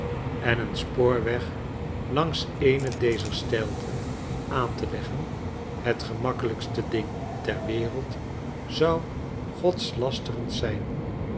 en een spoorweg langs eene dezer steilten aan te leggen het gemakkelijkste ding ter wereld zou godslasterend zijn